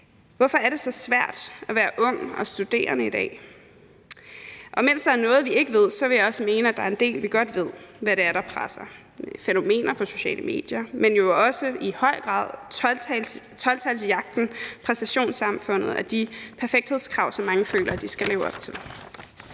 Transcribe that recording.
Hvorfor er det så svært at være ung og studerende i dag? Og mens der er noget, vi ikke ved, så vil jeg også mene, at der er en del, vi godt ved, med hensyn til hvad det er, der presser. Det er fænomener på sociale medier, men jo i høj grad også 12-talsjagten, præstationssamfundet og de perfekthedskrav, som mange føler de skal leve op til.